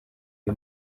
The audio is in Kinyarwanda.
iyi